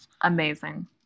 Amazing